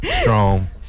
strong